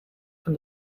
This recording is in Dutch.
van